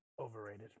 Overrated